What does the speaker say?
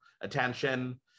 attention